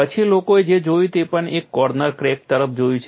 પછી આપણે જે જોયું તે પણ એક કોર્નર ક્રેક તરફ જોયું છે